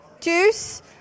Juice